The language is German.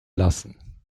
lassen